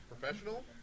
Professional